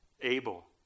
Abel